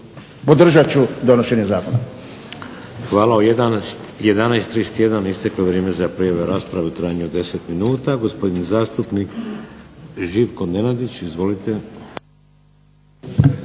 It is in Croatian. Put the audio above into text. Podržat ću donošenje zakona.